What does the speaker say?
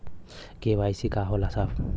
KYC का होला साहब?